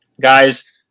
guys